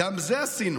גם את זה עשינו: